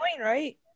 right